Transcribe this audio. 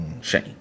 Shame